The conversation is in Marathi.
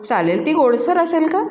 चालेल ती गोडसर असेल का